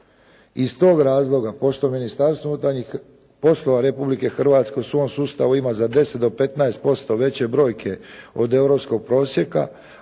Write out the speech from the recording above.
Iz tog razloga pošto Ministarstvo unutarnjih poslova Republike Hrvatske u svom sustavu ima za 10 do 15% veće brojke od europskog prosjeka,